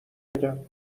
بگم